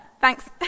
Thanks